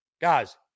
Guys